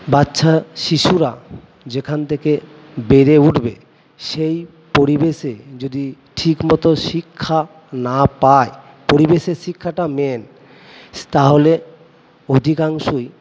বাচ্চা শিশুরা যেখান থেকে বেড়ে উঠবে সেই পরিবেশে যদি ঠিক মতো শিক্ষা না পায় পরিবেশের শিক্ষাটা মেন তাহলে অধিকাংশই